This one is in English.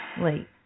late